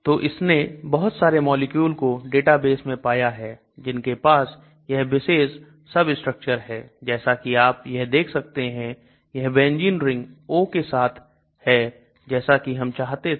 तो इसने बहुत सारे मॉलिक्यूल को डेटाबेस में पाया है जिनके पास यह विशेष सबस्ट्रक्चर है जैसा कि आप यह देख सकते हैं यह benzene ring O के साथ है जैसा कि हम चाहते थे